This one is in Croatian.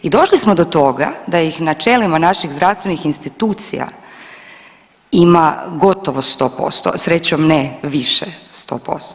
I došli smo do toga da ih načelima naših zdravstvenih institucija ima gotovo 100%, srećom ne više 100%